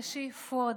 את השאיפות,